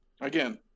again